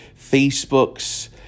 facebook's